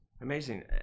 Amazing